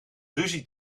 ruzie